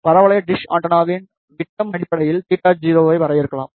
பரவளைய டிஷ் ஆண்டெனாவின் விட்டம் அடிப்படையில் θ0 ஐ வரையறுக்கலாம்